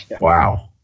Wow